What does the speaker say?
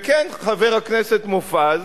וכן, חבר הכנסת מופז,